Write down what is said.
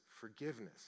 forgiveness